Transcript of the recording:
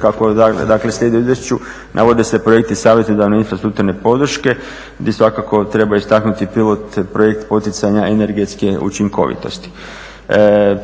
kako dakle slijedi u izvješću navode se projekti savjetodavne infrastrukturne podrške gdje svakako treba istaknuti pilot projekt poticanja energetske učinkovitosti.